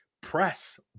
press